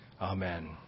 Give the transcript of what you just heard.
Amen